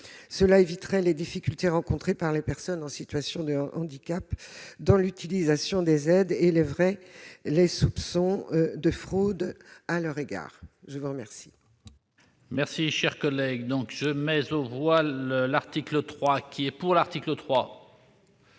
Cela éviterait les difficultés rencontrées par les personnes en situation de handicap dans l'utilisation des aides et lèverait les soupçons de fraude à leur égard. Je mets aux voix